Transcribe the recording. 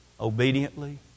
obediently